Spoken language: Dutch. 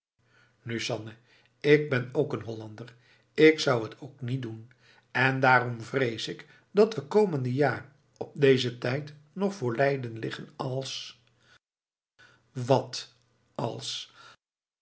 nu sanne ik ben ook een hollander ik zou het ook niet doen en daarom vrees ik dat we komende jaar op dezen tijd nog voor leiden liggen als wat als